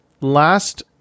Last